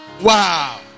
Wow